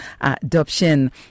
adoption